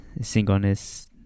singleness